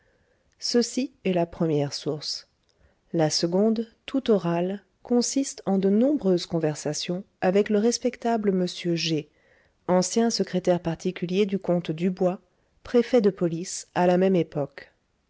ceci est la première source la seconde tout orale consiste en de nombreuses conversations avec le respectable m g ancien secrétaire particulier du comte dubois préfet de police à la même époque